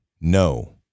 no